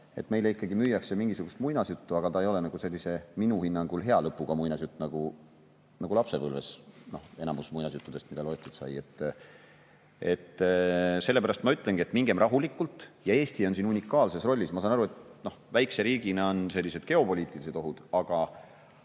Meile müüakse mingisugust muinasjuttu, aga ta ei ole minu hinnangul hea lõpuga muinasjutt, nagu enamik muinasjuttudest, mida lapsepõlves loetud sai. Sellepärast ma ütlengi, et mingem rahulikult. Ja Eesti on siin unikaalses rollis. Ma saan aru, et väikese riigina on sellised geopoliitilised ohud, aga